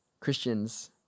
Christians